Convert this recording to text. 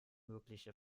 mögliche